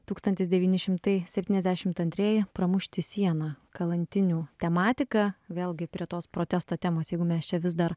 tūkstantis devyni šimtai septyniasdešimt antrieji pramušti sieną kalantinių tematika vėlgi prie tos protesto temos jeigu mes čia vis dar